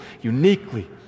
uniquely